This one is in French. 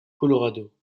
colorado